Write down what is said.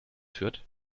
fürth